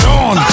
on